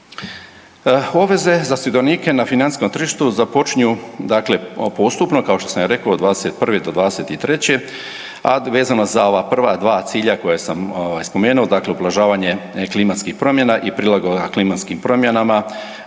Obveze za sudionike na financijskom tržištu započinju postupno kao što sam rekao od 2021.-2023., a vezano za ova prva dva cilja koja sam spomenuo, dakle ublažavanje klimatskih promjena i prilagodba klimatskim promjenama